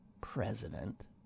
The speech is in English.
president